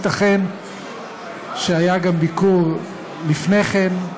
ייתכן שהיה גם ביקור לפני כן,